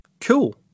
cool